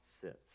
sits